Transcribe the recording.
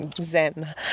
zen